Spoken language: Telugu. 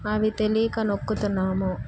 అవి తెలియక నొక్కుతున్నాము